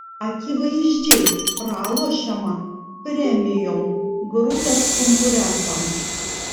akivaizdžiai pralošiama premium grupės konkurentams